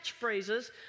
catchphrases